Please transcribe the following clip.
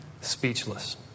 speechless